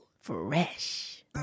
Fresh